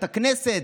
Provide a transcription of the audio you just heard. אתה בכנסת,